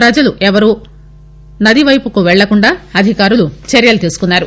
ప్రజలు ఎవరు నదివైపు వెళ్లకుండా అధికారులు చర్యలు తీసుకున్నారు